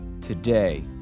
Today